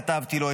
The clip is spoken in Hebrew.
כתבתי לו,